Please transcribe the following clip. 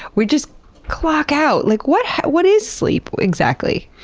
we just clock out. like, what? what is sleep? exactly?